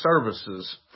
services